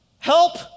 Help